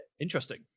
interesting